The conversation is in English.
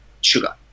sugar